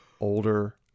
older